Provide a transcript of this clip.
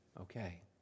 okay